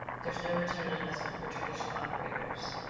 there's no return on investment for traditional operators.